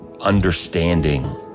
understanding